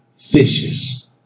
fishes